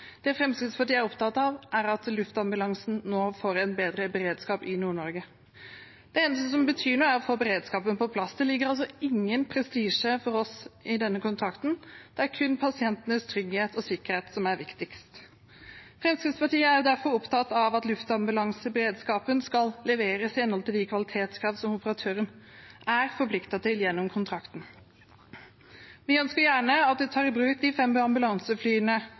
Det Fremskrittspartiet er opptatt av, er at luftambulansen nå får en bedre beredskap i Nord-Norge. Det eneste som betyr noe, er å få beredskapen på plass. Det ligger altså ingen prestisje for oss i denne kontrakten. Det er kun pasientenes trygghet og sikkerhet som er viktigst. Fremskrittspartiet er derfor opptatt av at luftambulanseberedskapen skal leveres i henhold til de kvalitetskrav som operatøren er forpliktet til gjennom kontrakten. Vi ønsker gjerne at man tar i bruk de fem ambulanseflyene